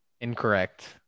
Incorrect